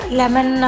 lemon